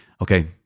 Okay